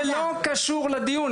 זה לא קשור לדיון.